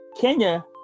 Kenya